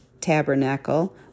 tabernacle